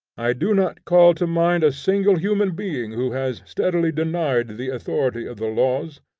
i do not call to mind a single human being who has steadily denied the authority of the laws,